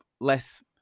less